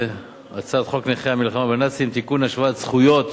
הצעת חוק נכי המלחמה בנאצים (תיקון השוואת זכויות